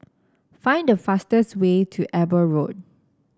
find the fastest way to Eber Road